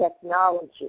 technology